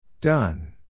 Done